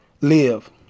live